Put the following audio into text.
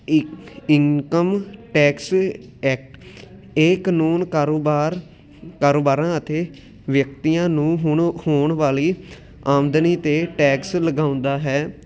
ਇੱਕ income tax act ਇਹ ਕਾਨੂੰਨ ਕਾਰੋਬਾਰ ਕਾਰੋਬਾਰਾਂ ਅਤੇ ਵਿਅਕਤੀਆਂ ਨੂੰ ਹੁਣ ਹੋਣ ਵਾਲੀ ਆਮਦਨੀ 'ਤੇ ਟੈਕਸ ਲਗਾਉਂਦਾ ਹੈ